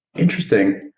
interesting.